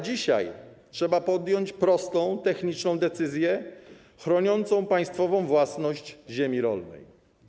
Dzisiaj trzeba podjąć prostą, techniczną decyzję chroniącą państwową własność ziemi rolnej.